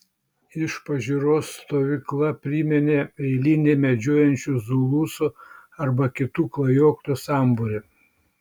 iš pažiūros stovykla priminė eilinį medžiojančių zulusų arba kitų klajoklių sambūrį